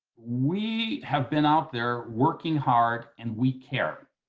we have been out there working hard and we care.